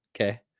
Okay